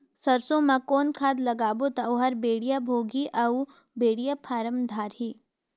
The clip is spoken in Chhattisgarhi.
सरसो मा कौन खाद लगाबो ता ओहार बेडिया भोगही अउ बेडिया फारम धारही?